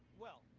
well,